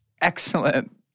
excellent